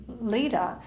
leader